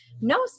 no